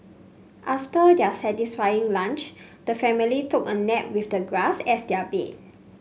after their satisfying lunch the family took a nap with the grass as their bed